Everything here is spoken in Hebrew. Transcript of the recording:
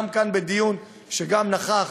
גם כאן, בדיון שגם נכח